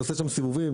תעשה שם סיבובים,